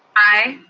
aye.